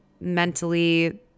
mentally